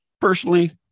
Personally